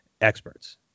experts